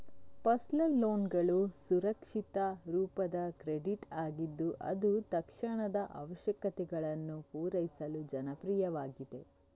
personal ಲೋನ್ಗಳು ಅಸುರಕ್ಷಿತ ರೂಪದ ಕ್ರೆಡಿಟ್ ಆಗಿದ್ದು ಅದು ತಕ್ಷಣದ ಅವಶ್ಯಕತೆಗಳನ್ನು ಪೂರೈಸಲು ಜನಪ್ರಿಯವಾಗಿದೆ